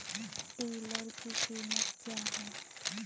Tiller की कीमत क्या है?